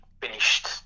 finished